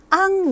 ang